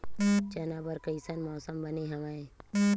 चना बर कइसन मौसम बने हवय?